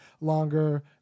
longer